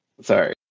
sorry